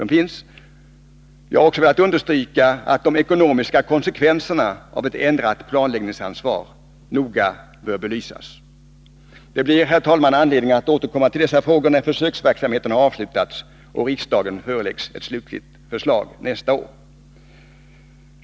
Vi har också velat understryka att de ekonomiska konsekvenserna av ett ändrat planläggningsansvar noga bör belysas. Det blir, herr talman, anledning att återkomma till dessa frågor när försöksverksamheten avslutats och riksdagen föreläggs ett slutligt förslag nästa år.